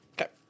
Okay